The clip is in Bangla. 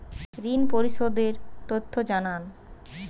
ঋন পরিশোধ এর তথ্য জানান